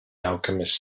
alchemist